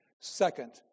Second